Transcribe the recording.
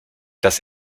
das